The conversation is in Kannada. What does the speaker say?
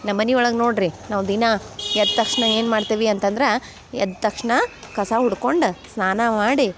ನಮ್ಮ ಮನಿಯೊಳಗೆ ನೋಡಿರಿ ನಾವು ದಿನಾ ಎದ್ದ ತಕ್ಷಣ ಏನು ಮಾಡ್ತೀವಿ ಅಂತಂದ್ರೆ ಎದ್ದ ತಕ್ಷಣ ಕಸ ಉಡ್ಕೊಂಡು ಸ್ನಾನ ಮಾಡಿ